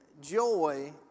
joy